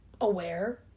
aware